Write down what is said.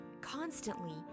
Constantly